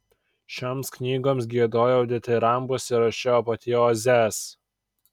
šioms knygoms giedojau ditirambus ir rašiau apoteozes